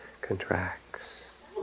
contracts